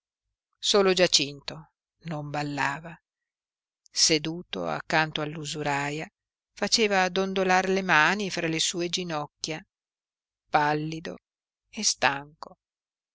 solo giacinto non ballava seduto accanto all'usuraia faceva dondolar le mani fra le sue ginocchia pallido e stanco